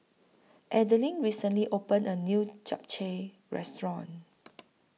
Adelyn recently opened A New Japchae Restaurant